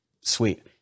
sweet